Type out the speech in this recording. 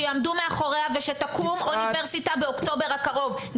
שיעמדו מאחוריה ושתקום אוניברסיטה באוקטובר הקרוב,